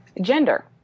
gender